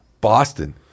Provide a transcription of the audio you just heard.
Boston